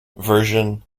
version